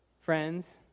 Friends